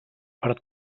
per